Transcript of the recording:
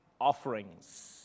offerings